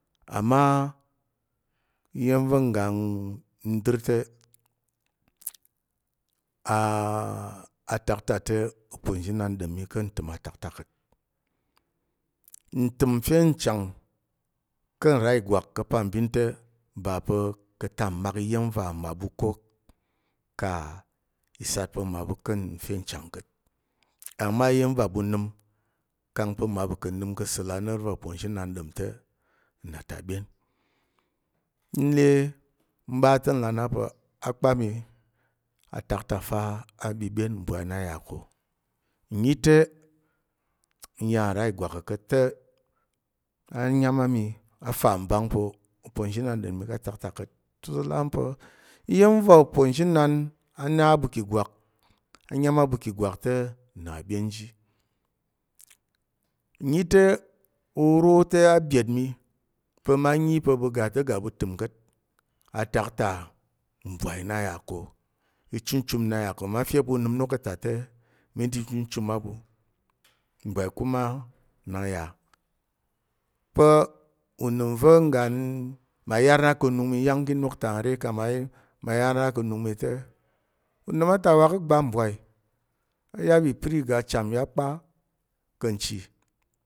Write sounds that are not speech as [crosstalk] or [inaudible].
Ama iya̱m va̱ ngga n dər te a [hesitation] tak ta te uponzhinan ɗom mi ka̱ ntəm a tak ta ka̱t. Ntəm nfe nchang ka̱ nra ìgwak ka̱ pambin te, ba pa̱ ka̱ tak mmak iya̱m va̱ mmaɓu ka̱ ka i sat pa̱ mmaɓu ka̱ nfe nchang ka̱t. Ama iya̱m va̱ mmaɓu nəm kang pa̱ mmaɓu ka̱ sa̱l a noro va uponzhinan ɗom te, nna ta ɓyen. N le mɓa te n là a na pa̱ akpa mi a tak ta fa a ɓiɓyen mbwai na ya ko ǹnyi te, n ya nra ìgwak ko ka̱t te a nyám a mi a fa mbang pa̱ uponzhinan ɗom mi ka atak ta ka̱t. Te uza̱ là a mi pa̱ iya̱m va̱ uponzhinan a na ɓu ki ìgwak, a nyám a ɓu ki ìgwak te nna ɓyen ji. Ǹnyi te, oro te a byet mi pa̱ mma nyi pa̱ ɓu ga te ɓu ga ɓu təm ka̱t. Atak ta mbwai na yà ko, ichumchum na yà ko, mma fe pa̱ ɓu nəm inok ka̱ ta te mi ne ichumchum a ɓu mbwai kuma nna yà pa̱ unəm va̱ ngga n ma yar na ka̱ nung n yang ki inok ta n re kang ma yar na ka̱ nung mi te, unəm a ta wa ka̱ ngba mbwai. A yap ipəri iga acham yap kpa ka̱ nchi